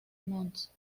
mons